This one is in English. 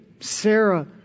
Sarah